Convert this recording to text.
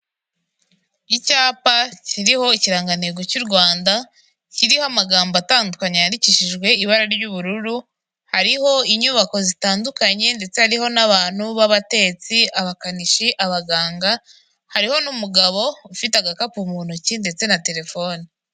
Icyapa kiriho ikirangantego cy'u Rwanda kiriho amagambo atandukanye yandikishijwe ibara ry'ubururu, hariho inyubako zitandukanye ndetse hariho n'abantu b'abatetsi, abakanishi, abaganga, hariho n'umugabo ufite agakapu mu ntoki ndetse na telefone.